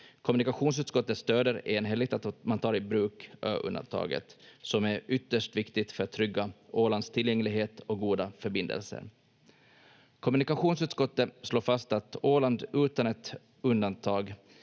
Kommunikationsutskottet stöder enhälligt att man tar i bruk ö-undantaget, som är ytterst viktigt för att trygga Ålands tillgänglighet och goda förbindelser. Kommunikationsutskottet slår fast att Åland utan ett undantag